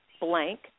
blank